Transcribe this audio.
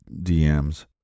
DMs